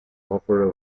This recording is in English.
offer